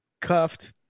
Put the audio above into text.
cuffed